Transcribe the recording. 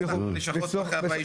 אז טוב שפתחנו לשכות אחרי 40 שנה.